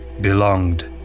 belonged